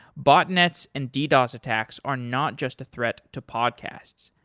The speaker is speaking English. botnets and ddos attacks are not just a threat to podcasts,